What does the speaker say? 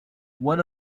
one